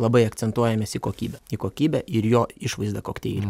labai akcentuojamės į kokybę į kokybę ir jo išvaizdą kokteilių